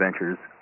adventures